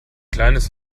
kleines